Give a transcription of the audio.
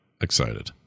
excited